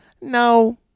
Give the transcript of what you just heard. No